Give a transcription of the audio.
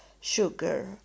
sugar